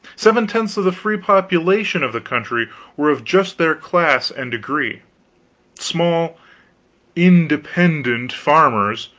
seven-tenths of the free population of the country were of just their class and degree small independent farmers,